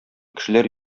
кешеләр